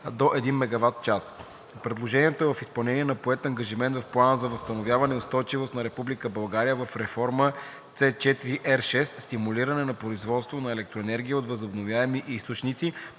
до 1 MW. Предложението е в изпълнение на поет ангажимент в Плана за възстановяване и устойчивост на Република България в реформа C4.R6 „Стимулиране на производството на електроенергия от възобновяеми източници“